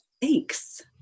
Thanks